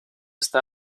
está